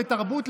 לתרבות,